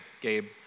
Gabe